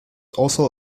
also